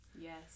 Yes